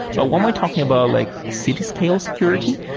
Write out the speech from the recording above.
but when we're talking about like a city scale security,